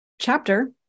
chapter